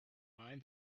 mind